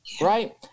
right